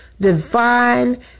divine